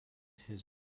his